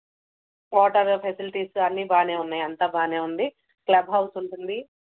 water facilities అన్నీ బాగానే ఉన్నయి అంతా బాగానే ఉంది క్లబ్ హౌస్ ఉంటుంది